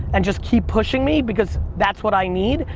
and just keep pushing me because that's what i need.